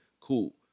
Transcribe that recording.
Cool